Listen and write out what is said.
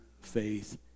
faith